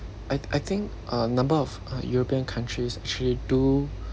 I I think uh a number of uh european countries actually do